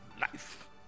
Life